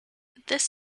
this